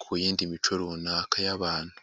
ku yindi mico runaka y'abantu.